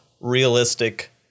realistic